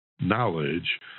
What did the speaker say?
knowledge